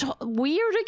weird